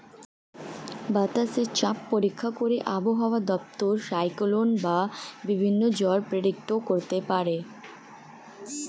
বাতাসে চাপ পরীক্ষা করে আবহাওয়া দপ্তর সাইক্লোন বা বিভিন্ন ঝড় প্রেডিক্ট করতে পারে